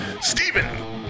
Stephen